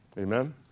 Amen